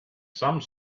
some